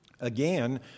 Again